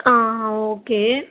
ஆ okay